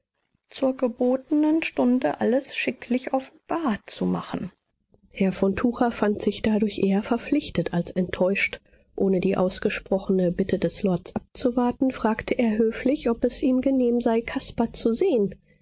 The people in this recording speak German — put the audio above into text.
zur gebotenen stunde alles schicklich offenbar zu machen herr von tucher fand sich dadurch eher verpflichtet als enttäuscht ohne die ausgesprochene bitte des lords abzuwarten fragte er höflich ob es ihm genehm sei caspar zu sehen